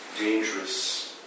dangerous